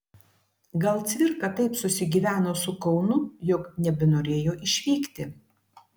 gal cvirka taip susigyveno su kaunu jog nebenorėjo išvykti